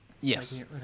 Yes